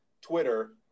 Twitter